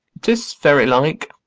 tis very like.